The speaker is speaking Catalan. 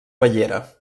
bellera